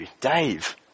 Dave